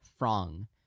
Frong